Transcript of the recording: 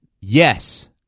Yes